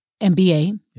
MBA